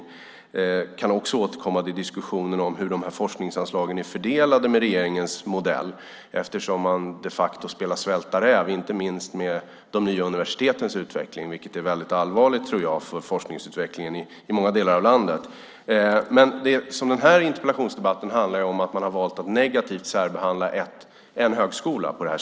Vi kan också återkomma till diskussionen om hur forskningsanslagen är fördelade med regeringens modell. Man spelar de facto svälta räv, inte minst med de nya universitetens utveckling. Det tror jag är väldigt allvarligt för forskningsutvecklingen i många delar av landet. Den här interpellationsdebatten handlar om att man har valt att negativt särbehandla en högskola.